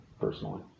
personally